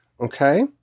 Okay